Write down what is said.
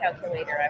calculator